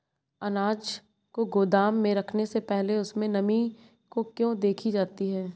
अनाज को गोदाम में रखने से पहले उसमें नमी को क्यो देखी जाती है?